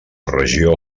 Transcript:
regió